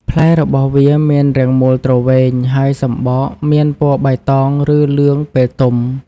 ផ្លែរបស់វាមានរាងមូលទ្រវែង ហើយសម្បកមានពណ៌បៃតង ឬលឿងពេលទុំ។